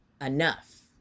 enough